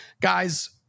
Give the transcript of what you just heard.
Guys